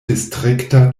distrikta